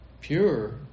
pure